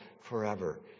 forever